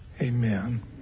Amen